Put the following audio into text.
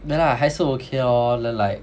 then like 还是 okay lor then like